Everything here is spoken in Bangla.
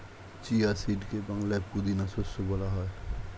চিয়া সিডকে বাংলায় পুদিনা শস্য বলা হয়